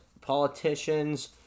politicians